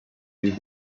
with